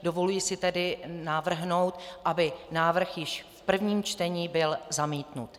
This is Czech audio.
Dovoluji si tedy navrhnout, aby návrh již v prvním čtení byl zamítnut.